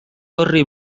horri